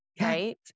right